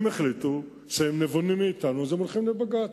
הם החליטו שהם נבונים מאתנו, אז הם הולכים לבג"ץ.